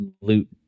loot